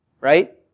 Right